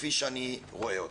כפי שאני רואה אותם.